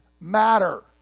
matter